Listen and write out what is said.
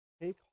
Take